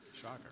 shocker